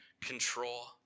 control